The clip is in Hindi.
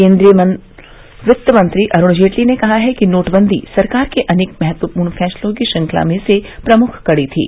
केन्द्रीय वित्त मंत्री अरुण जेटली ने कहा है कि नोटबंदी सरकार के अनेक महत्वपूर्ण फैसलों की श्रृंखला में से प्रमुख कड़ी थी